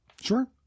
Sure